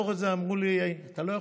אמרו לי: אתה לא יכול.